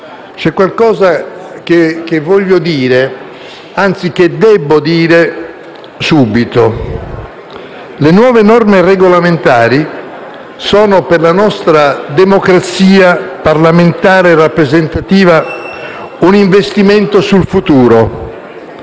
c'è qualcosa che voglio dire, anzi, che debbo dire subito. Le nuove norme regolamentari sono per la nostra democrazia parlamentare e rappresentativa un investimento sul futuro.